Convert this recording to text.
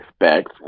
expect